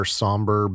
somber